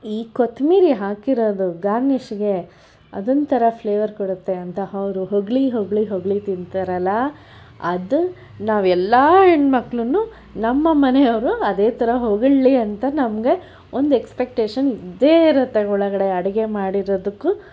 ಈ ಕೊತ್ತೊಂಬ್ರಿ ಹಾಕಿರೋದು ಗಾರ್ನಿಶ್ಗೆ ಅದೊಂಥರ ಫ್ಲೇವರ್ ಕೊಡುತ್ತೆ ಅಂತ ಅವರು ಹೊಗಳಿ ಹೊಗಳಿ ಹೊಗಳಿ ತಿಂತಾರಲ್ಲ ಅದು ನಾವು ಎಲ್ಲ ಹೆಣ್ಮಕ್ಳೂನು ನಮ್ಮ ಮನೆಯವರು ಅದೇ ಥರ ಹೊಗಳಲಿ ಅಂತ ನಮಗೆ ಒಂದು ಎಕ್ಸ್ಪೆಕ್ಟೇಶನ್ ಇದ್ದೇ ಇರುತ್ತೆ ಒಳಗಡೆ ಅಡುಗೆ ಮಾಡಿರೋದಕ್ಕೂ